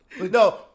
no